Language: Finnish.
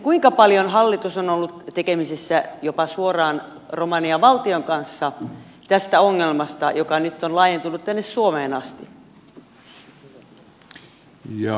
kuinka paljon hallitus on ollut tekemisissä jopa suoraan romanian valtion kanssa tämän ongelman osalta joka nyt on laajentunut tänne suomeen asti